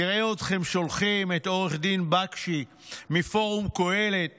נראה אתכם שולחים את עו"ד בקשי מפורום קהלת